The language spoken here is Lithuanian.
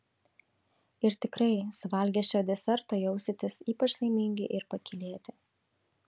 ir tikrai suvalgę šio deserto jausitės ypač laimingi ir pakylėti